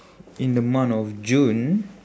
in the month of june